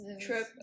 trip